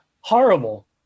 horrible